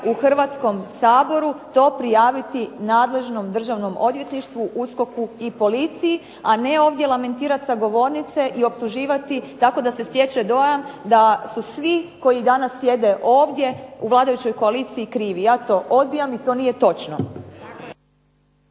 u Hrvatskom saboru to prijaviti nadležnom državnom odvjetništvu, USKOK-u i policiji, a ne ovdje lamentirati sa govornice i optuživati, tako da se stječe dojam da su svi koji danas sjede ovdje u vladajućoj koaliciji krivi, ja to odbijam i to nije točno.